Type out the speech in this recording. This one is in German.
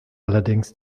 allerdings